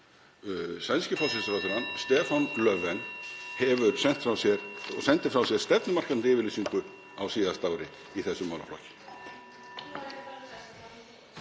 sænski forsætisráðherrann, Stefán Löfven, sendi frá sér stefnumarkandi yfirlýsingu á síðasta ári í þessum málaflokki.